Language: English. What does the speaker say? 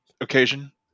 occasion